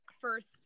first